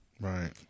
Right